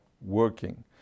working